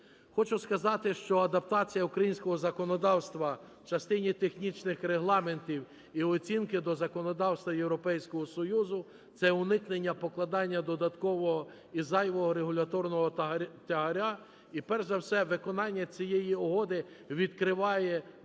Хочу сказати, що адаптація українського законодавства в частині технічних регламентів і оцінки до законодавства Європейського Союзу – це уникнення покладання додаткового і зайвого регуляторного тягаря і перш за все виконання цієї угоди відкриває доступ